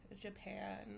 japan